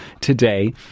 today